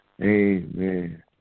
amen